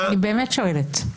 אני שואלת,